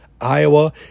Iowa